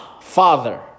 Father